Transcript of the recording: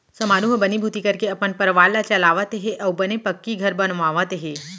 समारू ह बनीभूती करके अपन परवार ल चलावत हे अउ बने पक्की घर बनवावत हे